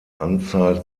anzahl